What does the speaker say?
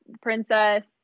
princess